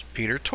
Peter